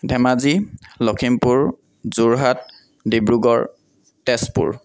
Dhemaji Lakhimpur Jorhat Dibrugarh Tezpur